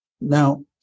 Now